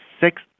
six